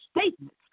statements